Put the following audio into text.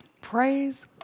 Praise